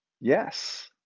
yes